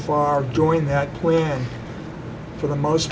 far joined that plan for the most